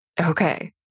okay